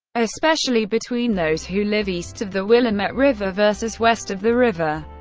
especially between those who live east of the willamette river versus west of the river.